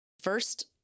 first